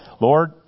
Lord